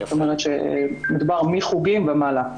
זאת אומרת שמדובר מחוגים ומעלה.